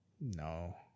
No